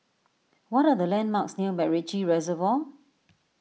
what are the landmarks near MacRitchie Reservoir